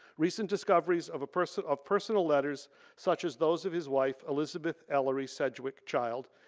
recent discoveries of personal of personal letters such as those of his wife, elizabeth ellery sedgwick child,